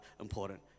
important